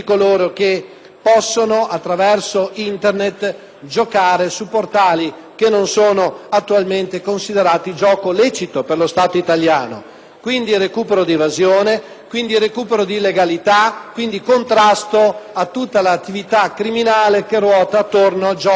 possono, attraverso Internet, giocare su portali che non sono attualmente considerati gioco lecito per lo Stato italiano. Quindi: recupero di evasione, recupero di legalità, contrasto a tutta l'attività criminale che ruota intorno al gioco illecito.